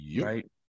right